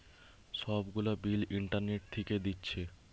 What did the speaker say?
সব গুলা bill internet থিকে দিচ্ছে